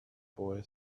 boy